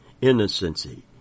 innocency